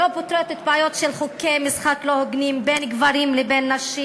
הוא לא פותר את הבעיות של חוקי המשחק הלא-הוגנים בין גברים לבין נשים.